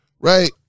right